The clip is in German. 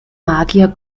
magier